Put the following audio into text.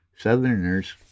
Southerners